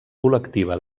col·lectiva